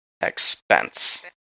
expense